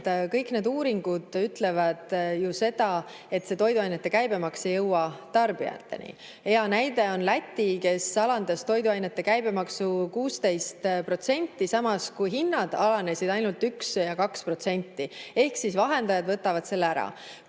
kõik need uuringud ütlevad seda, et toiduainete käibemaks ei jõua tarbijateni. Hea näide on Läti, kes alandas toiduainete käibemaksu 16%, samas kui hinnad alanesid ainult 1–2%, ehk vahendajad võtavad selle ära.